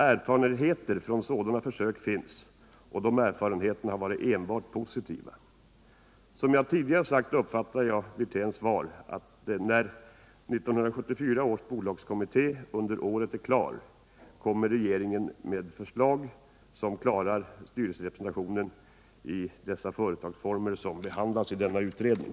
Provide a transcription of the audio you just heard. Erfarenheter från sådana försök finns, och de erfarenheterna har enbart varit positiva. Som jag tidigare sagt. uppfattar jag Rolf Wirténs svar så, att när 1974 års bolagskommitté under året är klar, kommer regeringen med förslag som klarar styrelserepresentationen i dessa företagsformer, som behandlas i denna utredning.